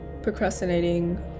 procrastinating